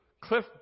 Cliff